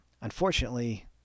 Unfortunately